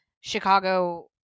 Chicago